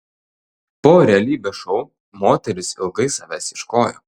po realybės šou moteris ilgai savęs ieškojo